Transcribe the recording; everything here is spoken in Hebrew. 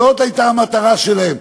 זאת הייתה המטרה שלהם.